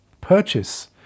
purchase